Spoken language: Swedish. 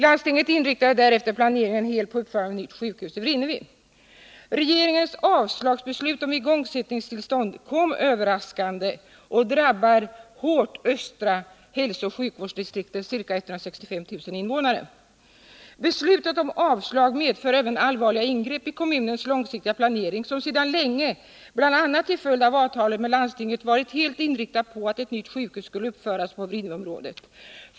Landstinget inriktade därefter planeringen helt på uppförande av ett nytt sjukhus i Vrinnevi. Regeringens beslut om avslag på ansökan om igångsättningstillstånd kom överraskande och drabbar hårt östra hälsooch sjukvårdsdistriktets ca 165 000 invånare. Beslutet om avslag medför även allvarliga ingrepp i kommunens långsiktiga planering, som sedan länge — bl.a. till följd av avtal med landstinget — varit helt inriktad på att ett nytt sjukhus skall uppföras på Vrinneviområdet.